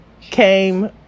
came